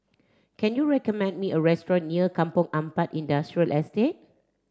can you recommend me a restaurant near Kampong Ampat Industrial Estate